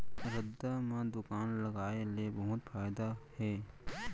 रद्दा म दुकान लगाय ले बहुत फायदा हे